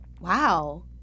wow